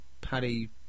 Paddy